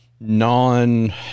non